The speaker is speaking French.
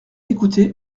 écouté